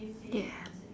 ya